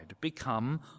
become